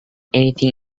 anything